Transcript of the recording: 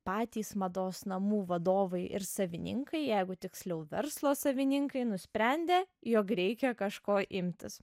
patys mados namų vadovai ir savininkai jeigu tiksliau verslo savininkai nusprendė jog reikia kažko imtis